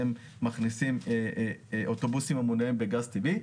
מכניסים אוטובוסים שמונעים בגז טבעי.